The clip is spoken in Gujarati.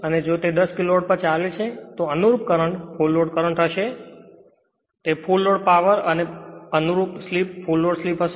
અને જો તે 10 કિલોવોટ પર ચાલે છે તો અનુરૂપ કરંટ ફુલ લોડ કરંટ હશે તે ફુલ લોડ પાવર અને અનુરૂપ સ્લિપ ફુલ લોડ સ્લિપ હશે